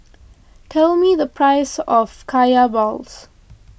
tell me the price of Kaya Balls